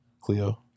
Cleo